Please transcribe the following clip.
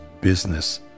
business